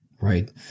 Right